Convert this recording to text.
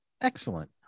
Excellent